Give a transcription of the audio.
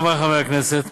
חברי חברי הכנסת,